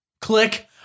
Click